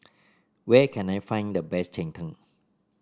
where can I find the best Cheng Tng